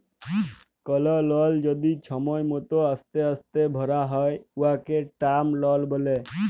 call লল যদি ছময় মত অস্তে অস্তে ভ্যরা হ্যয় উয়াকে টার্ম লল ব্যলে